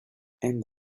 and